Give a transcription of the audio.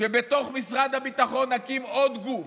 שבתוך משרד הביטחון נקים עוד גוף,